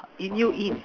inhale in